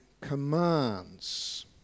commands